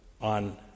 on